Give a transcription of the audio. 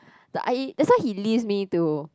the that's why he leaves me to